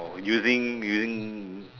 or using using